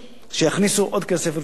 שיכניסו עוד כסף לרשות השידור.